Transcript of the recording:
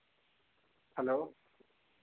hello